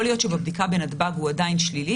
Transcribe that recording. יכול להיות שבבדיקה בנתב"ג הוא עדיין שלילי